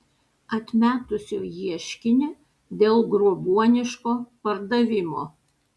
atmetusio ieškinį dėl grobuoniško pardavimo